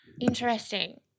interesting